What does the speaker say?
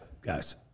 guys